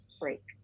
break